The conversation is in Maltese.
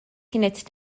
kienet